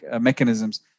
mechanisms